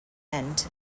end